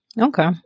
Okay